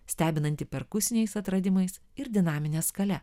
stebinanti perkusiniais atradimais ir dinamine skale